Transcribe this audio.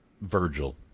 Virgil